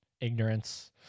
ignorance